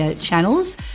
channels